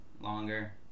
longer